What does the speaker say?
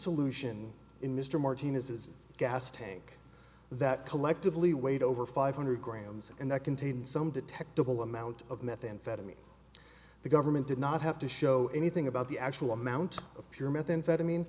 solution in mr martinez's gas tank that collectively weighed over five hundred grams and that contained some detectable amount of methamphetamine the government did not have to show anything about the actual amount of pure methamphetamine